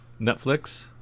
Netflix